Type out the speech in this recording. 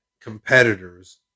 competitors